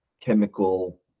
chemical